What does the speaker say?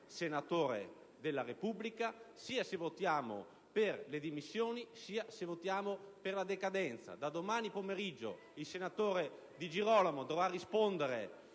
senatore della Repubblica sia se votiamo per le dimissioni sia se votiamo per la decadenza. Da domani pomeriggio il senatore Di Girolamo dovrà rispondere